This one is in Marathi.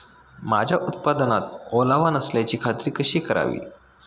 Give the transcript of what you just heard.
माझ्या उत्पादनात ओलावा नसल्याची खात्री कशी करावी?